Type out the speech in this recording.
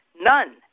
None